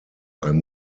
ein